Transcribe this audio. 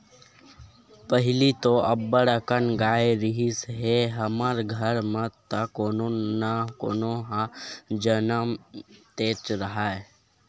पहिली तो अब्बड़ अकन गाय रिहिस हे हमर घर म त कोनो न कोनो ह जमनतेच राहय